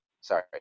Sorry